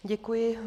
Děkuji.